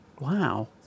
Wow